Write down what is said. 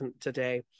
today